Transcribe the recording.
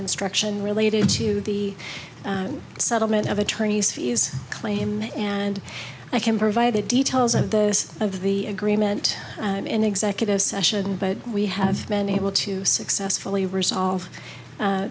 instruction relating to the settlement of attorneys fees claim and i can provide the details and those of the agreement in executive session but we have been able to successfully resolve